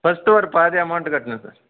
first ஒரு பாதி amount கட்டணும் சார்